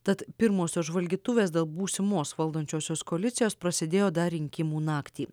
tad pirmosios žvalgytuvės dėl būsimos valdančiosios koalicijos prasidėjo dar rinkimų naktį